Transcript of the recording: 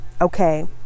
okay